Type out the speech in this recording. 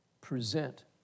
Present